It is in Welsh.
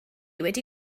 wedi